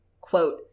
Quote